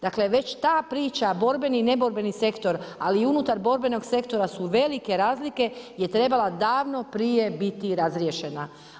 Dakle već ta priča borbeni i neborbeni sektor, ali u unutar borbenog sektora su velike razlike je trebala davno prije biti razriješena.